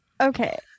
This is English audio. okay